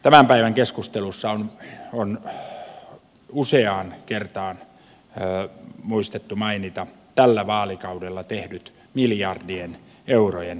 tämän päivän keskustelussa on useaan kertaan muistettu mainita tällä vaalikaudella tehdyt miljardien eurojen sopeutustoimet